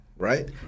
Right